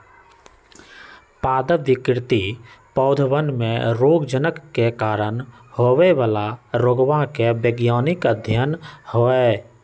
पादप विकृति पौधवन में रोगजनक के कारण होवे वाला रोगवा के वैज्ञानिक अध्ययन हई